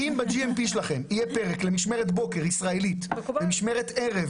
אם ב-GMP שלכם יהיה פרק למשמרת בוקר ישראלית ומשמרת ערב